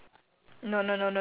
I go scold him